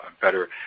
better